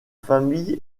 famille